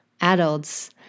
adults